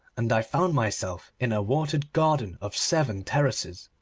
and i found myself in a watered garden of seven terraces.